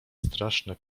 straszne